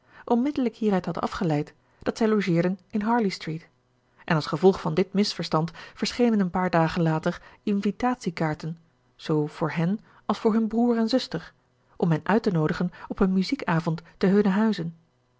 onmiddellijk hieruit had afgeleid dat zij logeerden in harley street en als gevolg van dit misverstand verschenen een paar dagen later invitatie kaarten zoo voor hen als voor hun broer en zuster om hen uit te noodigen op een muziek avond te hunnen huize